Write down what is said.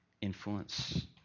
influence